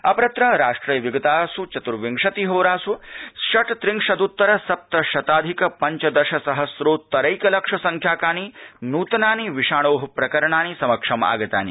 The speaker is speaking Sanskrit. अपरत्र राष्ट्रे विगतासु चतुर्विंशतिहोरासु षट्रिंशद्तर सप्तशताधिक पञ्चदश सहस्रोत्तरैकलक्ष संख्याकानि नूतनानि विषाणो प्रकरणानि समक्षम् आगतानि